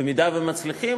במידה שמצליחים,